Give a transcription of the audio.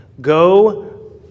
Go